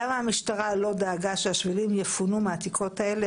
למה המשטרה לא דאגה שהשבילים יפונו מהעתיקות האלה?